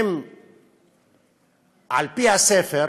על-פי הספר,